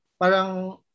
parang